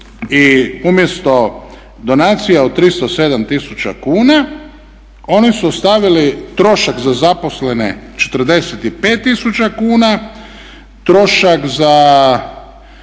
I umjesto donacija od 307 tisuća kuna oni su stavili trošak za zaposlene 45 tisuća kuna, trošak za